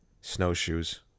Snowshoes